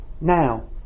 now